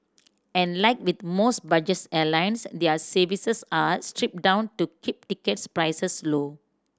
and like with most budgets airlines their services are stripped down to keep tickets prices low